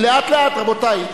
לאט לאט, רבותי.